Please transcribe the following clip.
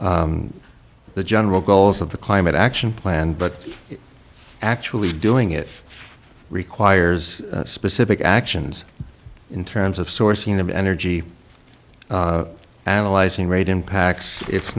the general goals of the climate action plan but actually doing it requires specific actions in terms of sourcing of energy analyzing rate impacts i